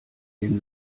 den